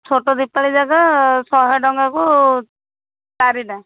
ଛୋଟ ଦୀପାଳି ଜାଗ ଶହେ ଟଙ୍କାକୁ ଚାରିଟା